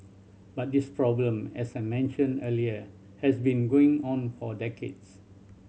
but this problem as I mentioned earlier has been going on for decades